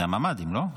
זה הממ"דים, לא?